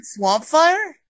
Swampfire